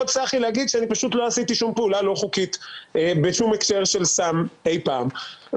עשיתי פעולה לא חוקית בהקשר של סם אי פעם,